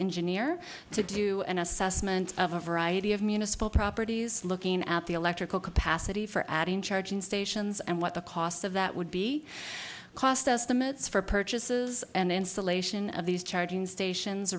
engineer to do an assessment of a variety of municipal properties looking at the electrical capacity for adding charging stations and what the costs of that would be cost estimates for purchases and installation of these charging stations